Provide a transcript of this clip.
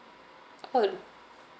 oh